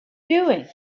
doing